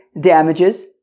damages